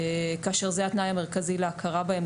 כאשר זהו התנאי המרכזי להכרה בהם,